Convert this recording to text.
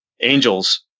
angels